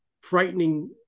frightening